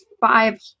five